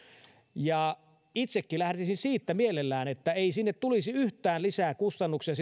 itsekin lähtisin mielelläni siitä että sinne autoilijoille ei tulisi yhtään lisää kustannuksia